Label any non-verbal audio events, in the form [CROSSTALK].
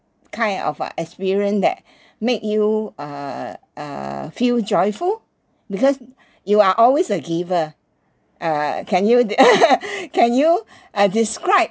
kind of uh experience that make you uh uh few joyful because you are always a giver uh uh can you de~ [LAUGHS] can you uh describe